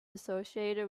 associated